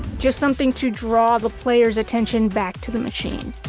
just something to draw the player's attention back to the machine